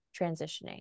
transitioning